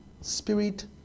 spirit